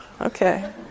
Okay